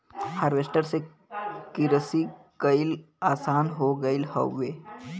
harvester से किरसी कईल आसान हो गयल हौवे